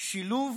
שילוב